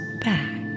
back